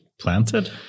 planted